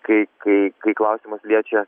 kai kai kai klausimas liečia